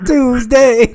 Tuesday